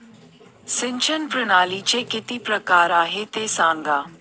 सिंचन प्रणालीचे किती प्रकार आहे ते सांगा